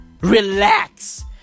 Relax